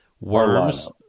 worms